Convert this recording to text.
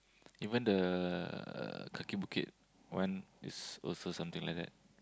even the Kaki-Bukit one is also something like that